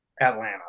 Atlanta